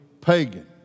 pagan